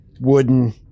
wooden